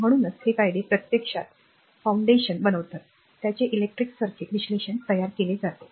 म्हणूनच हे कायदे प्रत्यक्षात पाया बनवतात ज्याचे इलेक्ट्रिक सर्किट विश्लेषण तयार केले जाते